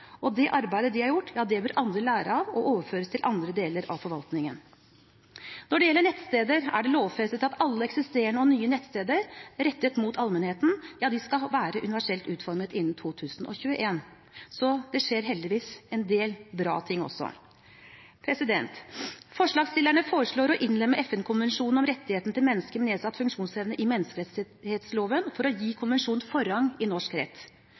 Det arbeidet de har gjort, bør andre lære av, og det bør overføres til andre deler av forvaltningen. Når det gjelder nettsteder, er det lovfestet at alle eksisterende og nye nettsteder rettet mot allmennheten skal være universelt utformet innen 2021. Så det skjer heldigvis en del bra ting også. Forslagsstillerne foreslår å innlemme FN-konvensjonen om rettighetene til mennesker med nedsatt funksjonsevne i menneskerettighetsloven for å gi konvensjonen forrang i norsk rett.